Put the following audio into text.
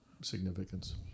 significance